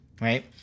right